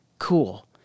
cool